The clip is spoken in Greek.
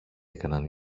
έκαναν